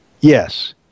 Yes